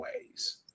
ways